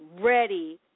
ready